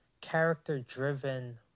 character-driven